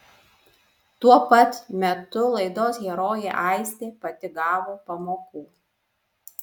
tuo pat metu laidos herojė aistė pati gavo pamokų